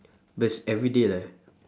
but it's everyday leh